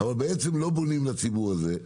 אבל בעצם לא בונים לציבור הזה,